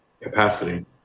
capacity